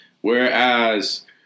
Whereas